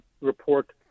report